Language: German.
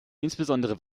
insbesondere